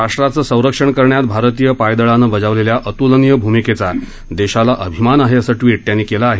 राष्ट्राचं संरक्षण करण्यात भारतीय पायदळानं बजावलेल्या अतुलनीय भूमिकेचा देशाला अभिमान आहे असं ट्विट त्यांनी केलं आहे